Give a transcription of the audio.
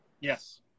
Yes